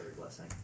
blessing